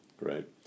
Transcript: right